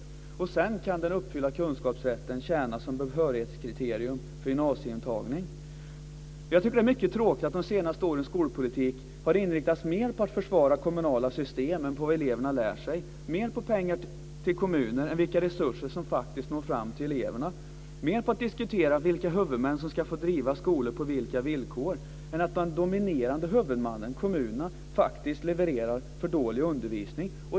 Sedan kan den uppfyllda kunskapsrätten tjäna som behörighetskriterium för gymnasieintagning. Jag tycker att det är mycket tråkigt att de senaste årens skolpolitik mer har inriktats på att försvara kommunala system än på vad eleverna lär sig, mer på pengar till kommuner än på vilka resurser som faktiskt når fram till eleverna, mer på att diskutera vilka huvudmän som ska får driva skolan och på vilka villkor än på att den dominerande huvudmannen, kommunen, faktiskt levererar för dålig undervisning.